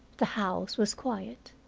the house was quiet.